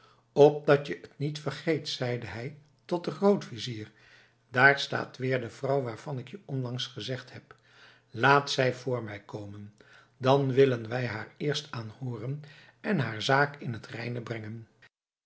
opdat je het niet vergeet zeide hij tot den grootvizier daar staat weer de vrouw waarvan ik je onlangs gezegd heb laat zij voor mij komen dan willen wij haar eerst aanhooren en haar zaak in t reine brengen